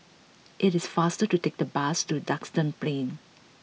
it is faster to take the bus to Duxton Plain